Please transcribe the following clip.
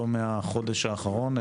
לא מהחודש האחרון,